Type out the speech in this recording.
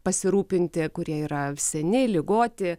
pasirūpinti kurie yra seni ligoti